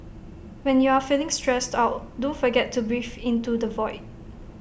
when you are feeling stressed out don't forget to breathe into the void